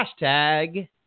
hashtag